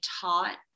taught